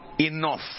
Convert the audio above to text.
enough